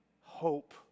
hope